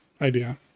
idea